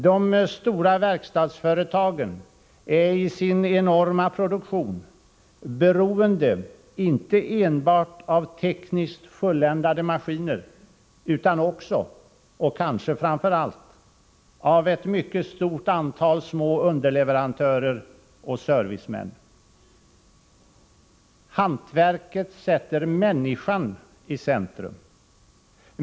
De stora verkstadsföretagen är i sin enorma produktion beroende inte enbart av tekniskt fulländade maskiner utan också — och kanske framför allt — av ett mycket stort antal små underleverantörer och servicemän. Hantverket sätter människan i centrum.